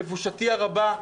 לבושתי הרבה,